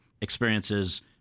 experiences